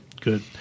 good